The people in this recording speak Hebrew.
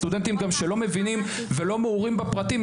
סטודנטים גם שלא מבינים ולא מעורים בפרטים,